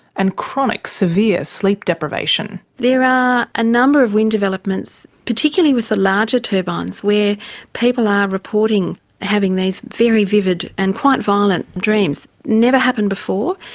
and chronic severe sleep deprivation. there are a number of wind developments, particularly with the larger turbines, where people are reporting having these very vivid and quite violent dreams. never happened before,